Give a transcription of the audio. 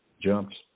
jumps